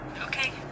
Okay